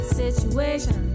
situation